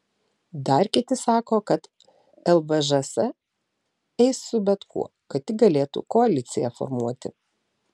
dar kiti sako kad lvžs eis su bet kuo kad tik galėtų koaliciją formuoti